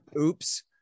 Oops